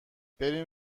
بریم